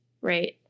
Right